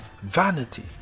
Vanity